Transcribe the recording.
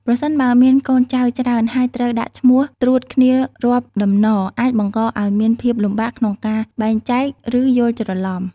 ប្រសិនបើមានកូនចៅច្រើន ហើយត្រូវដាក់ឈ្មោះត្រួតគ្នារាប់តំណ អាចបង្កឱ្យមានភាពលំបាកក្នុងការបែងចែក ឬយល់ច្រឡំ។